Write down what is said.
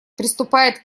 приступает